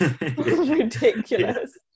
ridiculous